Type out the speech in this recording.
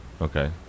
Okay